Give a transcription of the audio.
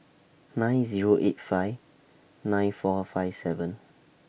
nine Zero eight five nine four five seven